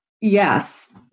Yes